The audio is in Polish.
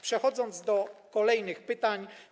Przechodzę do kolejnych pytań.